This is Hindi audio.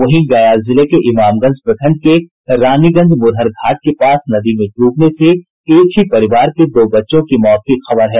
वहीं गया जिले के इमामगंज प्रखंड के रानीगंज मोरहर घाट के पास नदी में डूबने से एक ही परिवार के दो बच्चों की मौत की खबर है